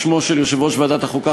בשמו של יושב-ראש ועדת החוקה,